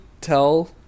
tell